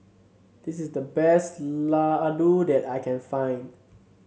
this is the best Ladoo that I can find